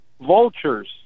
vultures